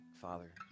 Father